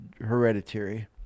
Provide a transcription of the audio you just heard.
hereditary